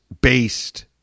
based